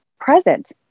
present